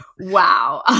wow